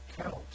count